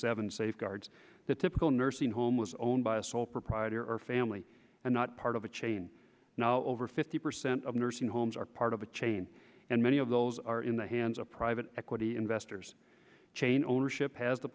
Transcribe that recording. seven safeguards the typical nursing home was owned by a sole proprietor or family and not part of a chain over fifty percent of nursing homes are part of a chain and many of those are in the hands of private equity investors chain ownership has the